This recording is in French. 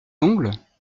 ongles